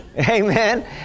Amen